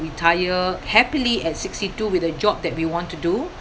retire happily at sixty two with a job that we want to do